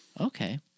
Okay